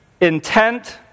intent